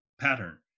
pattern